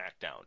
SmackDown